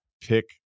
pick